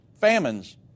famines